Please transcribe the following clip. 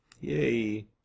yay